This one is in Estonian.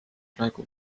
praegu